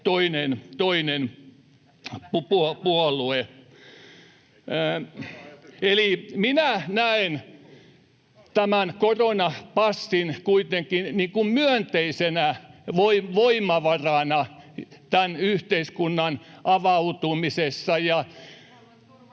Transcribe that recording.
toinen puolue. Minä näen tämän koronapassin kuitenkin myönteisenä voimavarana tämän yhteiskunnan avautumisessa.